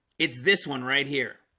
it's this one right here